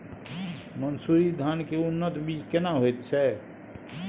मन्सूरी धान के उन्नत बीज केना होयत छै?